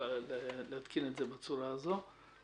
להתקין את זה בצורה הזאת.